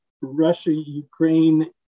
Russia-Ukraine